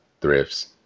thrifts